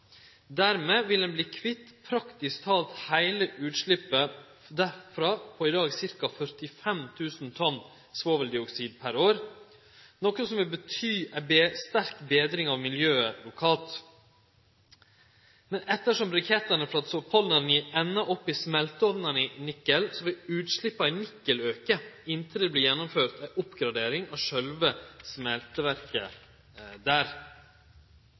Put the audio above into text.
Dermed vil ein verte kvitt praktisk talt heile utsleppet derfrå på i dag ca. 45 000 tonn svoveldioksid per år, noko som vil bety ei sterk betring av miljøet lokalt. Men ettersom brikettane frå Zapoljarnij endar opp i smelteomnane i Nikel, vil utsleppa i Nikel auke, inntil det vert gjennomført ei oppgradering av sjølve smelteverket der.